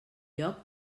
lloc